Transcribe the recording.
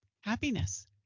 happiness